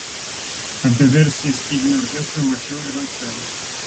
apie versiją styginių orkestrui mąsčiau ir anksčiau